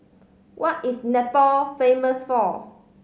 what is Nepal famous for